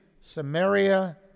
Samaria